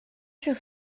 sur